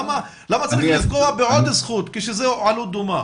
למה צריך לפגוע בעוד זכות כשזה עלות דומה?